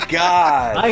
god